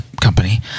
company